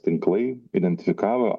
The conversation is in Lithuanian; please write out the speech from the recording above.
tinklai identifikavo